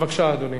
בבקשה, אדוני.